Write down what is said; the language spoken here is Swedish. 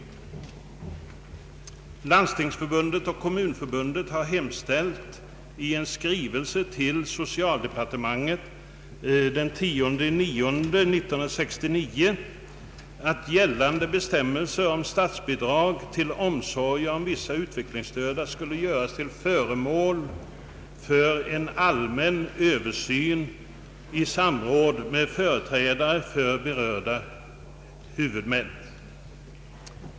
Landstingsförbundet och Kommunförbundet har hemställt i skrivelse till socialdepartementet den 10 september 1969 att gällande bestämmelser om statsbidrag till omsorger om vissa utvecklingsstörda skulle göras till föremål för en allmän öÖöversyn i samråd med företrädare för berörda huvudmän.